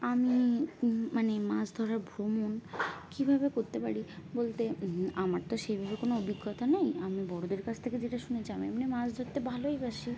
আমি মানে মাছ ধরার ভ্রমণ কীভাবে করতে পারি বলতে আমার তো সেইভাবে কোনো অভিজ্ঞতা নেই আমি বড়দের কাছ থেকে যেটা শুনেছি আমি এমনি মাছ ধরতে ভালোইবাসি